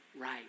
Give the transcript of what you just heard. right